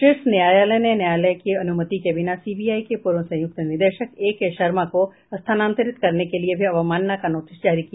शीर्ष न्यायालय ने न्यायालय की अनुमति के बिना सीबीआई के पूर्व संयुक्त निदेशक ए के शर्मा को स्थानांतरित करने के लिए भी अवमानना का नोटिस जारी किया